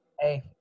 Hey